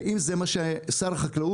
ואם זה מה ששר החקלאות,